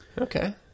Okay